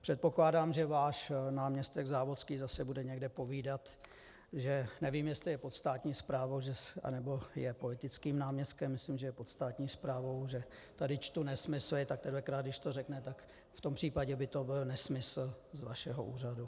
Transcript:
Předpokládám, že váš náměstek Závodský zase bude někde povídat, že nevím, jestli je pod státní správou, anebo je politickým náměstkem, myslím, že je pod státní správou že tady čtu nesmysly, tak tentokrát když to řekne, tak v tom případě by to byl nesmysl z vašeho úřadu.